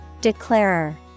declarer